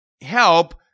help